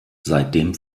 seitdem